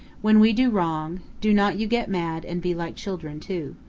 when we do wrong, do not you get mad and be like children too.